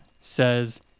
says